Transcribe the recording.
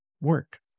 work